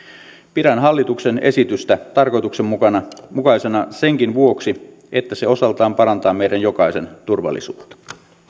pidän hallituksen esitystä tarkoituksenmukaisena senkin vuoksi että se osaltaan parantaa meidän jokaisen turvallisuutta